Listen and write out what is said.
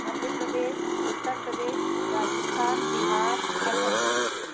Madhya Pradesh Uttar Pradesh Rajasthan Bihar Assam